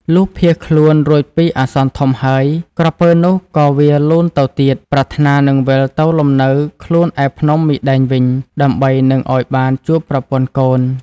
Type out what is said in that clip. លុះភៀសខ្លួនរួចពីអាសន្នធំហើយ ក្រពើនោះក៏វារលូនទៅទៀត ប្រាថ្នានឹងវិលទៅលំនៅខ្លួនឯភ្នំជើងមីដែងវិញ ដើម្បីនឹងឱ្យបានជួបប្រពន្ធកូន។